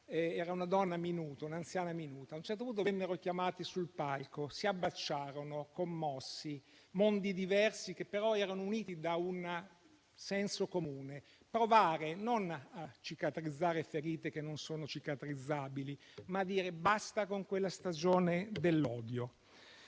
era una donna anziana e minuta. Ad un certo punto, vennero chiamati sul palco e si abbracciarono commossi: mondi diversi, che però erano uniti da un senso comune, per provare non a cicatrizzare ferite che non sono cicatrizzabili, ma a dire basta con quella stagione dell'odio.